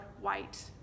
white